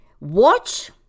Watch